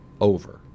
over